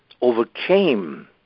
overcame